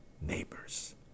neighbors